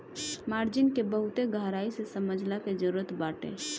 margin के बहुते गहराई से समझला के जरुरत बाटे